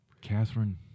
Catherine